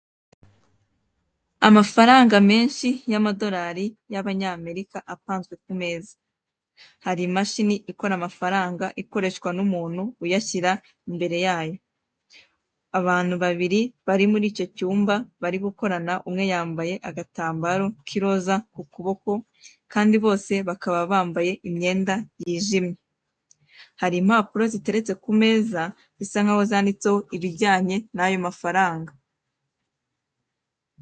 Amafaranga menshi y'amadorari y'Abanyamerika apanzwe ku meza. Hari imashini ikora amafaranga, ikoreshwa n'umuntu uyashira imbere yayo. Abantu babiri bari muri icyo cyumba bari gukorana umwe yambaye agatambaro kiroza ku kuboko kandi bose bakaba bambaye imyenda yijimye; hari impapuro ziteretse ku meza zisa nkaho zanditseho ibijyanye n'ayo mafaranga.